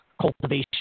cultivation